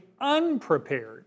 unprepared